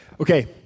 Okay